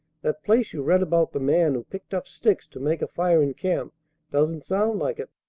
that place you read about the man who picked up sticks to make a fire in camp doesn't sound like it.